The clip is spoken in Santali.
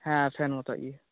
ᱦᱮᱸ ᱯᱷᱮᱱ ᱢᱚᱛᱚᱡ ᱜᱮ